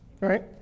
right